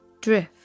drift